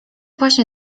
właśnie